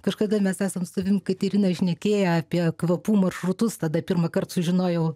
kažkada mes esam su tavim katerina šnekėję apie kvapų maršrutus tada pirmąkart sužinojau